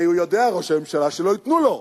הרי הוא יודע, ראש הממשלה, שלא ייתנו לו,